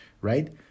right